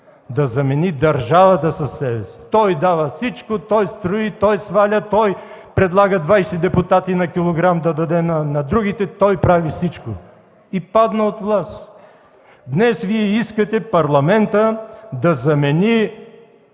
да замени държавата със себе си – той дава всичко, той строи, той сваля, той предлага 20 депутати на килограм да даде на другите, той прави всичко. И падна от власт. Днес Вие искате парламентът да замени